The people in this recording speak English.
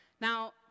Now